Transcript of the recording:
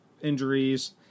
injuries